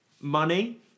money